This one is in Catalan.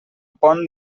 pont